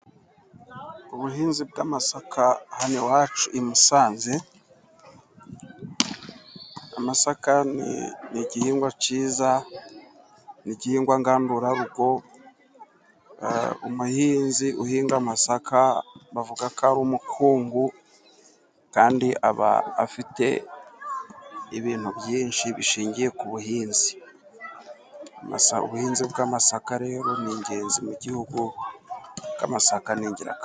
Ubuhinzi bw'amasaka hano iwacu i Musanze, amasaka ni igihingwa cyiza, ni gihingwa ngandurarugo, umuhinzi uhinga masaka, bavuga ko ari umukungu, kandi aba afite ibintu byinshi bishingiye ku buhinzi. Ubuhinzi bw'amasaka rero, ni ingenzi mu gihugu, kuko amasaka ni ingirakamaro.